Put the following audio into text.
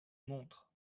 montres